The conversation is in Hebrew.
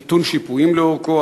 מיתון שיפועים לאורכו,